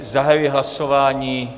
Zahajuji hlasování.